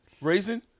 Raisin